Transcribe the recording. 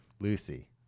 Lucy